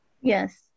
Yes